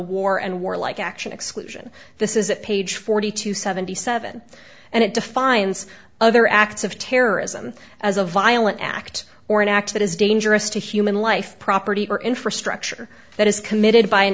war and warlike action exclusion this is at page forty two seventy seven and it defines other acts of terrorism as a violent act or an act that is dangerous to human life property or infrastructure that is committed by an